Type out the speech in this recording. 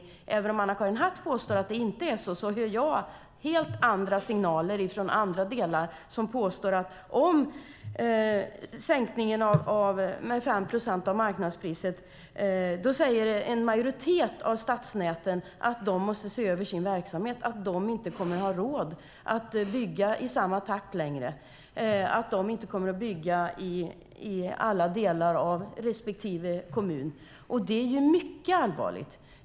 Även om statsrådet Anna-Karin Hatt påstår att det inte är så hör jag helt andra signaler från andra som påstår att med sänkningen med 5 procent av marknadspriset säger en majoritet av stadsnäten att de måste se över sin verksamhet, för då kommer de inte att ha råd att bygga i samma takt längre och kommer de inte att kunna bygga i alla delar av respektive kommun. Det är mycket allvarligt.